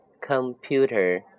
computer